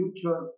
future